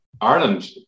Ireland